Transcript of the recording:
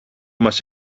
μας